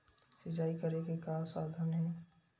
सिंचाई करे के का साधन हे?